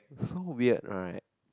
so weird right